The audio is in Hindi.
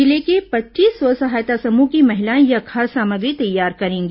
जिले के पच्चीस स्व सहायता समूह की महिलाएं यह खाद्य सामग्री तैयार करेंगी